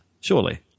surely